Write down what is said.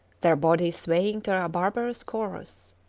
their bodies swaying to a barbarous chorus.